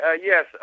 Yes